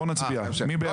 בוא נצביע, מי בעד?